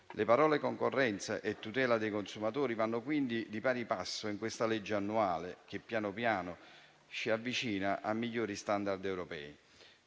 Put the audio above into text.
Le espressioni "concorrenza" e "tutela dei consumatori" vanno quindi di pari passo in questo disegno di legge annuale che, piano piano, ci avvicina ai migliori *standard* europei.